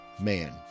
man